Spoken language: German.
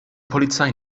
polizei